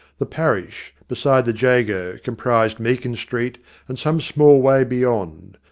the parish, besides the jago, comprised meakin street and some small way beyond,